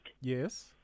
Yes